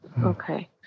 Okay